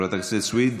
חברת הכנסת סויד,